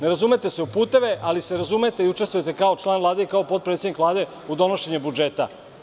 Ne razumete se u puteve, ali se razumete i učestvujete kao član Vlade i kao potpredsednik Vlade u donošenje budžeta.